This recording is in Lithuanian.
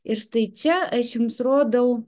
ir štai čia aš jums rodau